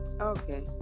Okay